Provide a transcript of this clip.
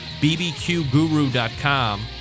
BBQGuru.com